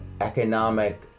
economic